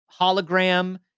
hologram